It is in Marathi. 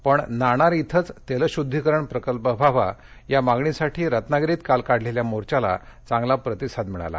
पण नाणार इथंच तेलशुद्वीकरण प्रकल्प व्हावा या मागणीसाठी रत्नागिरीत काल काढलेल्या मोर्चाला चांगला प्रतिसाद मिळाला